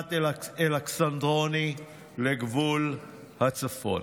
חטיבת אלכסנדרוני לגבול הצפון.